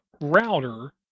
router